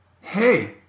Hey